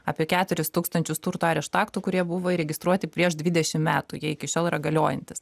apie keturis tūkstančius turto arešto aktų kurie buvo įregistruoti prieš dvidešim metų jie iki šiol yra galiojantys